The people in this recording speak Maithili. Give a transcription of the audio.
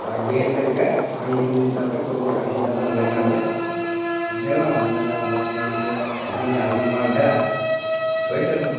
ओकरा घेर मेढ़ कऽ आँघी उँघी दऽ कऽ गोबर करसी दऽ कऽ बढ़िआँसँ आओर देलहुँ आओर देलाके बाद जे हइ से अपने गाछ नमहर भेल छोड़ि देलहुँ